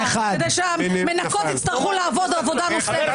כדי שהמנקות יצטרכו לעבוד עבודה נוספת.